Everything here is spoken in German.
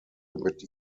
mit